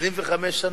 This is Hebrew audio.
25 שנה?